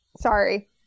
sorry